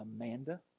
Amanda